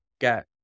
get